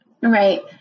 Right